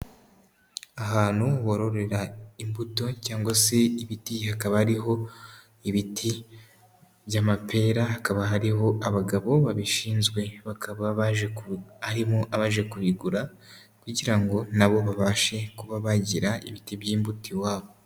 Ahantu bororera imbuto cyangwa se ibiti hakaba ariho ibiti by'amapera hakaba hariho abagabo babishinzwe, bakaba baje ku harimo abaje kubigura kugira ngo na bo babashe kuba bagira ibiti by'imbuto iwabo.